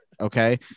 okay